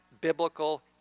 biblical